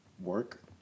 Work